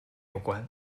有关